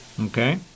Okay